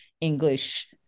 english